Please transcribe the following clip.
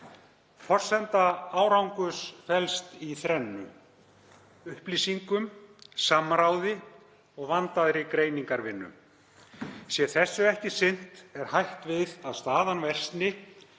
Forsenda árangurs felst í þrennu: Upplýsingum, samráði og vandaðri greiningarvinnu. Sé þessu ekki sinnt er hætt við að staðan versni,